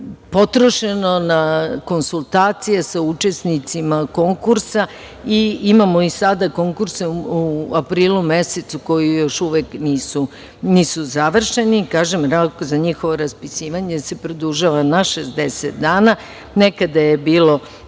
potrošeno na konsultacije sa učesnicima konkursa i imamo i sada konkurse u aprilu mesecu, koju još uvek nisu završeni. Rok za njihovo raspisivanje se produžava na 60 dana. Nekada je bilo